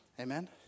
Amen